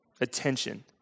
attention